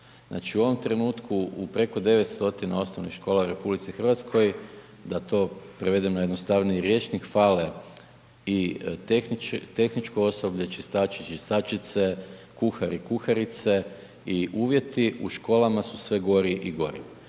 Znači u ovom trenutku u preko 9 stotina osnovnih škola u RH, da to prevedem na jednostavniji rječnik, fale i tehničko osoblje, čistači i čistačice, kuhari i kuharice i uvjeti u školama su sve gori i gori